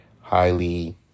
highly